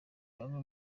bamwe